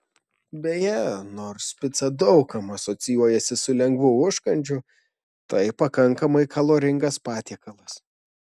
beje nors pica daug kam asocijuojasi su lengvu užkandžiu tai pakankamai kaloringas patiekalas